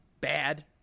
Bad